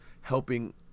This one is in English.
helping